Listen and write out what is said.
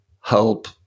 help